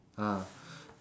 ah